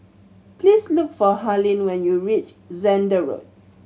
please look for Harlene when you reach Zehnder Road